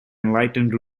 enlightened